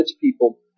people